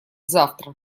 завтра